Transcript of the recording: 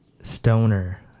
stoner